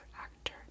actor